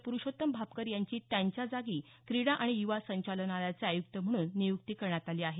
प्रुषोत्तम भापकर यांची त्यांच्या जागी क्रीडा आणि युवा संचालनालयाचे आयुक्त म्हणून नियुक्ती करण्यात आली आहे